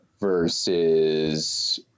versus